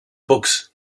books